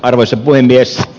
arvoisa puhemies